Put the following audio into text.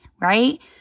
Right